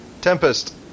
Tempest